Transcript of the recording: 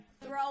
throw